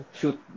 shoot